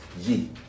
Ye